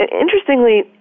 interestingly